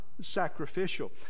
sacrificial